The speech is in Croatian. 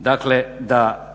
dakle da